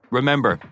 Remember